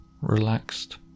relaxed